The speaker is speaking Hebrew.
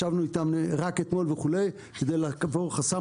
ישבנו איתם רק אתמול כדי לעבור חסם